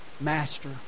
master